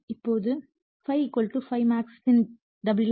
இப்போது ∅∅ max sin ω t